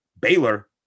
Baylor